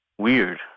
weird